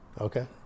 okay